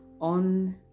on